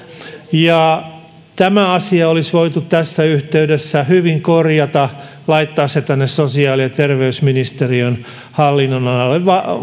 tämä asia olisi voitu tässä yhteydessä hyvin korjata laittaa se tänne sosiaali ja terveysministeriön hallinnonalalle